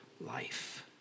life